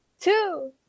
two